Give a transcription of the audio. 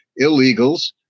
illegals